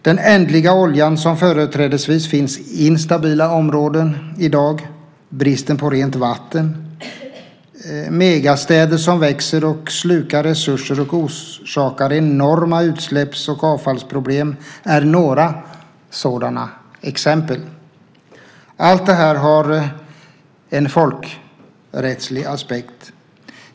Den ändliga oljan som företrädesvis finns i instabila områden i dag, bristen på rent vatten och megastäder som växer och slukar resurser och orsakar enorma utsläpps och avfallsproblem är några sådana exempel. Allt det här har en folkrättslig aspekt.